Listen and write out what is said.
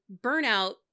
Burnout